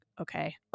okay